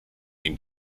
nimm